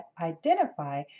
identify